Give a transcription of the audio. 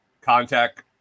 contact